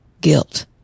guilt